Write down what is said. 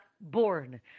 born